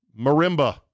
marimba